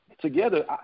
together